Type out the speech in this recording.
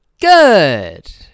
good